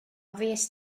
fuest